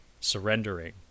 surrendering